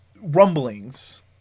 rumblings